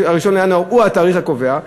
1 בינואר הוא התאריך הקובע,